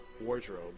wardrobe